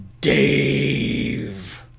Dave